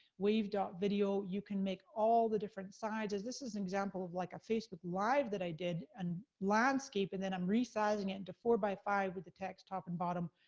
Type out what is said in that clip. wave video, you can make all the different sizes. this is an example of like a facebook live that i did. and landscape, and then i'm re-sizing into four by five, with the text top and bottom.